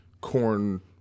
corn